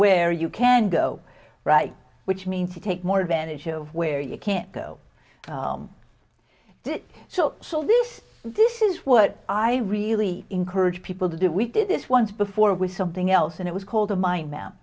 where you can go right which means you take more advantage of where you can't go did so so this this is what i really encourage people to do we did this once before with something else and it was called the min